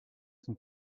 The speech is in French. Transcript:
sont